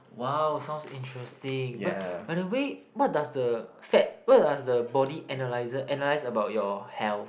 !wow! sounds interesting but by the way what does the fat what does the body analyzer analyze about your health